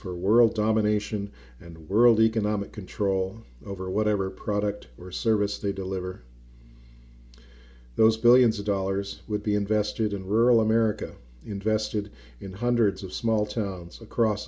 for world domination and world economic control over whatever product or service they deliver those billions of dollars would be invested in rural america invested in hundreds of small towns across